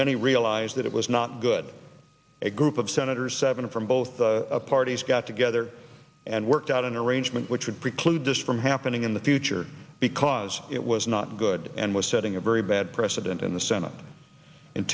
many realize that it was not good a group of senators seven from both parties got together and worked out an arrangement which would preclude this from happening in the future because it was not good and was setting a very bad precedent in the senate